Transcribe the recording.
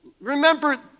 remember